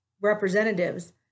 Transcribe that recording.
representatives